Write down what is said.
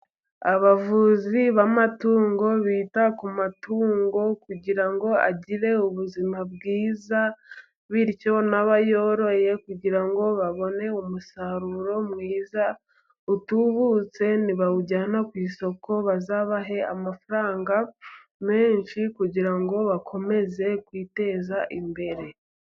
Abavuzi b’amatungo, bita ku matungo, kugira ngo agire ubuzima bwiza. Bityo, n’abayoroye, kugira ngo babone umusaruro mwiza, utubutse. Nibawujyana ku isoko, bazabahe amafaranga menshi, kugira ngo bakomeze kwiteza imbere.